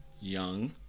young